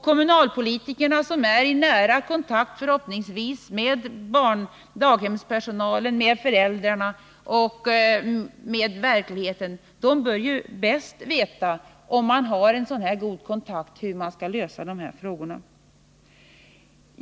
Kommunalpolitikerna, som förhoppningsvis är i nära kontakt med daghemspersonalen, med föräldrarna och med verkligheten, bör — om den kontakten är god — bäst veta hur man skall lösa de här frågorna.